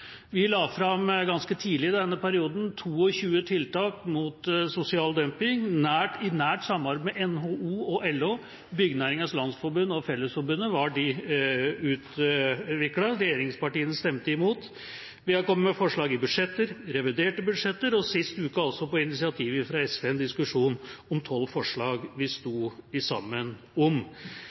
Ganske tidlig i denne perioden la vi fram 22 tiltak mot sosial dumping. De ble utviklet i nært samarbeid med NHO og LO, Byggenæringens Landsforening og Fellesforbundet. Regjeringspartiene stemte imot. Vi har kommet med forslag i budsjetter, i reviderte budsjetter, og sist uke også på initiativ fra SV i en diskusjon om 12 forslag vi sto sammen om.